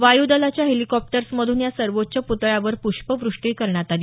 वायुदलाच्या हेलिकॉप्टर्समधून या सर्वोच्च पुतळ्यावर पुष्पवृष्टी करण्यात आली